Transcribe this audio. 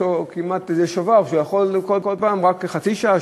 כמעט שובר והוא יכול רק חצי שעה,